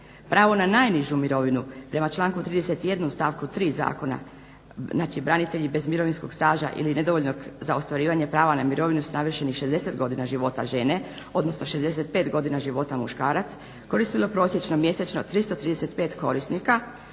Pravo na najnižu mirovinu prema članku 31. stavku 3. Zakona znači branitelji bez mirovinskog staža ili nedovoljnog za ostvarivanje prava na mirovinu s navršenih 60 godina života žene, odnosno 65 godina života muškarac koristilo prosječno mjesečno 335 korisnika